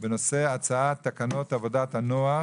נושא הישיבה: " הצעת תקנות עבודת הנוער